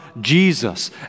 Jesus